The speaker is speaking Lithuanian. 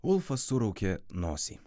ulfas suraukė nosį